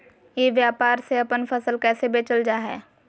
ई व्यापार से अपन फसल कैसे बेचल जा हाय?